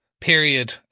period